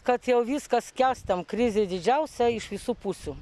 kad jau viskas skęstam krizė didžiausia iš visų pusių